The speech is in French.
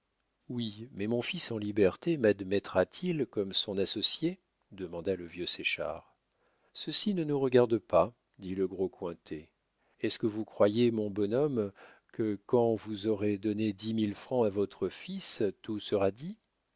oui mais mon fils en liberté madmettra t il comme son associé demanda le vieux séchard ceci ne nous regarde pas dit le gros cointet est-ce que vous croyez mon bonhomme que quand vous aurez donné dix mille francs à votre fils tout sera dit